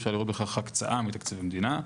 אפשר לראות בכך הקצאה מתקציב המדינה.